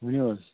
ؤنِو حظ